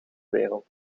wereld